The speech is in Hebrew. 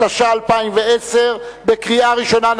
התש"ע 2010, קריאה ראשונה.